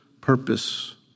purpose